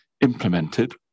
implemented